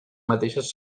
mateixes